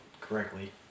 correctly